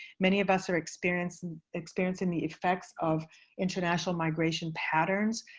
many of us are experiencing experiencing the effects of international migration patterns.